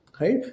right